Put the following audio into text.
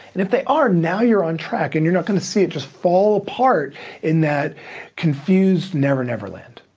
and if they are, now you're on track and you're not gonna see it just fall apart in that confused never never land.